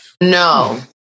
No